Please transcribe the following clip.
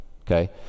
Okay